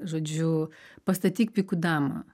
žodžiu pastatyk pikų damą